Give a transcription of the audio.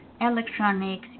electronics